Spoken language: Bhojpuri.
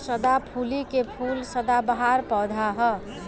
सदाफुली के फूल सदाबहार पौधा ह